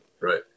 Right